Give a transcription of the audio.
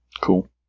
Cool